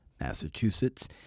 Massachusetts